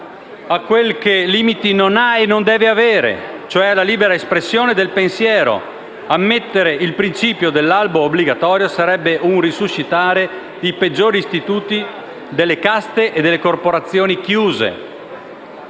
a quel che limiti non ha e non deve avere, cioè alla libera espressione del pensiero. Ammettere il principio dell'albo obbligatorio sarebbe un resuscitare i peggiori istituti delle caste e delle corporazioni chiuse,